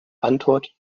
antwort